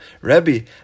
Rebbe